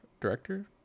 Director